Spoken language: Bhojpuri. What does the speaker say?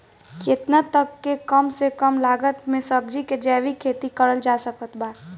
केतना तक के कम से कम लागत मे सब्जी के जैविक खेती करल जा सकत बा?